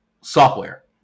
software